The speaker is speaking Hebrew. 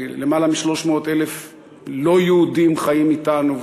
יותר מ-300,000 לא-יהודים חיים אתנו,